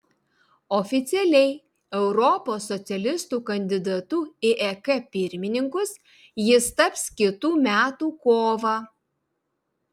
oficialiai europos socialistų kandidatu į ek pirmininkus jis taps kitų metų kovą